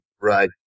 Right